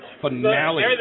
finale